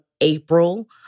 April